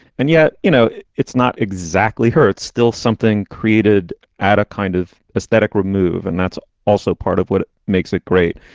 and yet, you know, it's not exactly her. it's still something created at a kind of aesthetic remove. and that's also part of what makes it great.